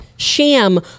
sham